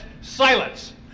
silence